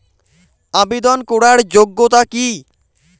আবেদন করার যোগ্যতা কি?